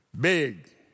big